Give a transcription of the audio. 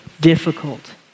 difficult